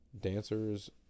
Dancers